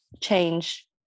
change